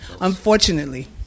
unfortunately